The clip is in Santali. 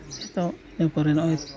ᱱᱤᱛᱚᱜ ᱮᱨᱯᱚᱨᱮ ᱱᱚᱜᱼᱚᱸᱭ